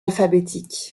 alphabétique